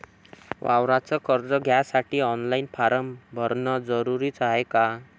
वावराच कर्ज घ्यासाठी ऑनलाईन फारम भरन जरुरीच हाय का?